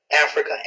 Africa